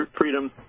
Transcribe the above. freedom